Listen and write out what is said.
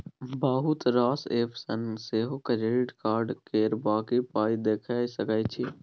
बहुत रास एप्प सँ सेहो क्रेडिट कार्ड केर बाँकी पाइ देखि सकै छी